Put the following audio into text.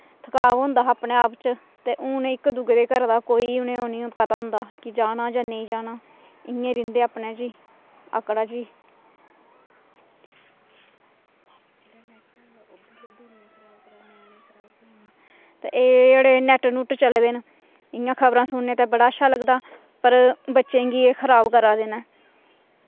थकाव होंदा हा अपने आप च ते हून उ'नें इक दूए दे घरै दा कोई उ'नेंगी ओह् निं पता निं होंदा कि जाना जां नेईं जाना इ'यां रैंह्दे अपने जी आकड़ा च ई ते एह् जेह्ड़े नेट नुट चले दे न इयां खबरां सुनने दा बड़ा अच्छा लगदा पर बच्चें गी एह् खराब करा दे न